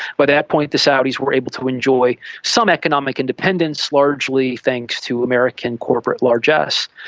by that point the saudis were able to enjoy some economic independence, largely thanks to american corporate largess.